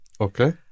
Okay